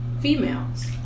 females